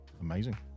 Amazing